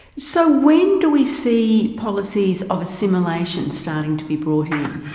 so when do we see policies of assimilation starting to be brought in?